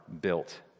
built